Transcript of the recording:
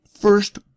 first